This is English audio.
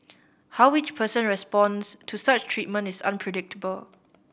how each person responds to such treatment is unpredictable